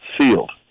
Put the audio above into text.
sealed